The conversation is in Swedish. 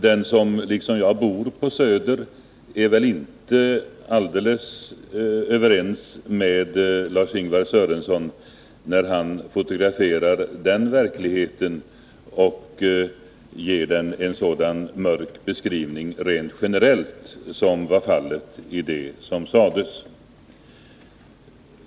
Den som liksom jag bor på Söder är väl inte helt överens med Lars-Ingvar Sörenson, när han fotograferar verkligheten där och ger den en så mörk beskrivning rent generellt som han gjorde i sitt anförande.